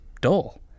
dull